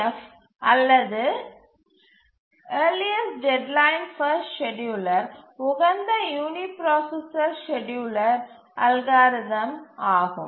F அல்லது earliest deadline first scheduler உகந்த uniprocessor scheduler algorithm ஆகும்